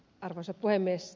arvoisa puhemies